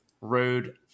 road